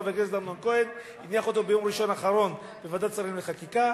חבר הכנסת אמנון כהן הניח אותו ביום ראשון האחרון בוועדת שרים לחקיקה.